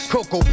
Coco